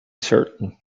certain